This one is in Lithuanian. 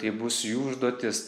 tai bus jų užduotis